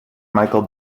michael